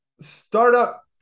startup